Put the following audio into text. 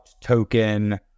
token